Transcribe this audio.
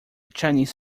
chinese